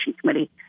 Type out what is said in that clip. committee